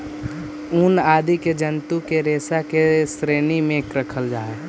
ऊन आदि के जन्तु के रेशा के श्रेणी में रखल जा हई